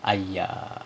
!aiya!